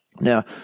Now